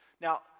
Now